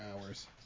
hours